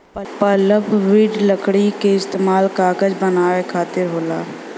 pulpwood लकड़ी क इस्तेमाल कागज बनावे खातिर होला